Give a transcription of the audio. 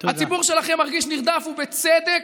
תודה.